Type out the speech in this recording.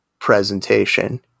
presentation